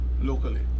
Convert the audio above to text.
locally